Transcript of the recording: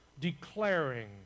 declaring